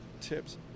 tips